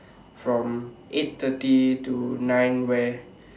from eight thirty to nine where